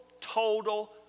total